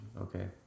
Okay